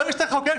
ברגע שצריך לחוקק,